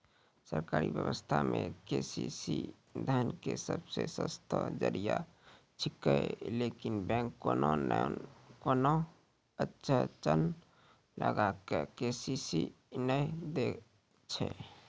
सरकारी व्यवस्था मे के.सी.सी धन के सबसे सस्तो जरिया छिकैय लेकिन बैंक कोनो नैय कोनो अड़चन लगा के के.सी.सी नैय दैय छैय?